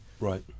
Right